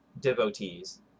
devotees